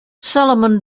salomon